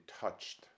touched